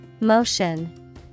Motion